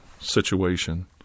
situation